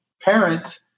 parents